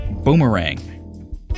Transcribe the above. Boomerang